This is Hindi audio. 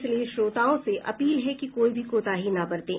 इसलिए श्रोताओं से अपील है कि कोई भी कोताही न बरतें